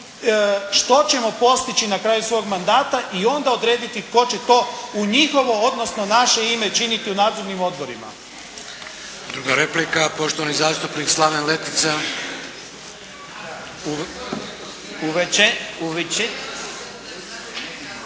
što ćemo postići na kraju svog mandata i onda odrediti tko će to u njihovo, odnosno naše ime činiti u nadzornim odborima. **Šeks, Vladimir (HDZ)** Druga replika, poštovani zastupnik Slaven Letica. **Letica,